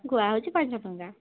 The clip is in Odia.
ଗୁଆ ହେଉଛି ପାଞ୍ଚଟଙ୍କା